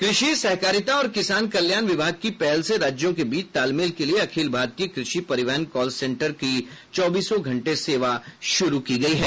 कृषि सहकारिता और किसान कल्याण विभाग की पहल से राज्यों के बीच तालमेल के लिए अखिल भारतीय कृषि परिवहन कॉल सेंटर की चौबीसों घंटे सेवा शुरू की गई है